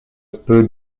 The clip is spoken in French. peux